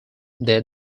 they